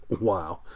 Wow